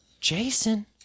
Jason